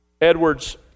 Edwards